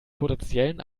potenziellen